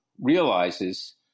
realizes